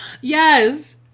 Yes